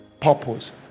purpose